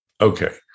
Okay